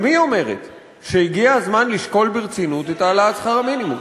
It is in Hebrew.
גם היא אומרת שהגיע הזמן לשקול ברצינות את העלאת שכר המינימום.